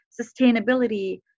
sustainability